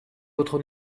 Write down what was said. votre